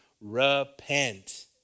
repent